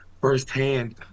firsthand